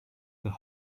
the